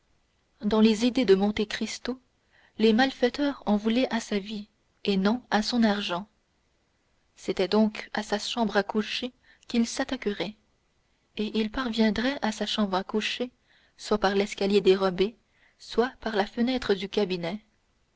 dans les idées de monte cristo les malfaiteurs en voulaient à sa vie et non à son argent c'était donc à sa chambre à coucher qu'ils s'attaqueraient et ils parviendraient à sa chambre à coucher soit par l'escalier dérobé soi par la fenêtre du cabinet